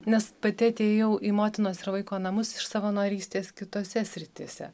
nes pati atėjau į motinos ir vaiko namus iš savanorystės kitose srityse